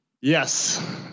Yes